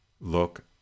look